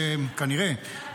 כנראה,